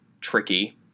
tricky